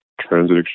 Transit